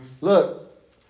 Look